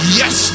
yes